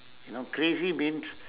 you know crazy means